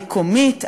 המקומית,